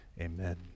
amen